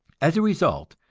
as a result,